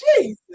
Jesus